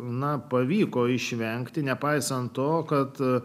na pavyko išvengti nepaisant to kad